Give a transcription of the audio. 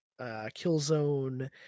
Killzone